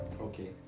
Okay